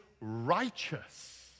righteous